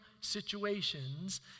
situations